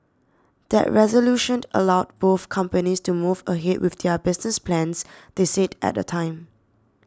that resolution allowed both companies to move ahead with their business plans they said at the time